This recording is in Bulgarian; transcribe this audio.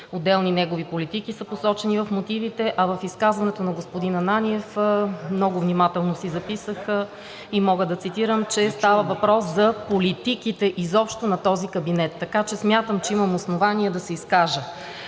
отделни негови политики са посочени в мотивите, а в изказването на господин Ананиев – много внимателно си записах и мога да цитирам, че става въпрос за политиките изобщо на този кабинет, така че смятам, че имам основание да се изкажа.